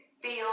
feel